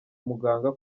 muganga